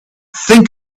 think